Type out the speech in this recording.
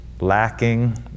Lacking